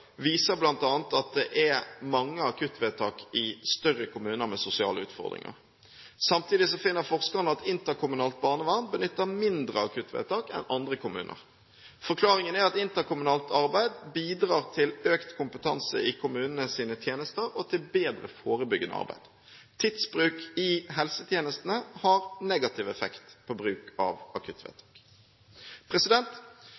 viser bl.a. at det er mange akuttvedtak i større kommuner med sosiale utfordringer. Samtidig finner forskerne at interkommunalt barnevern benytter mindre akuttvedtak enn andre kommuner. Forklaringen er at interkommunalt arbeid bidrar til økt kompetanse i kommunenes tjenester og til bedre forebyggende arbeid. Tidsbruk i helsetjenestene har negativ effekt på bruk av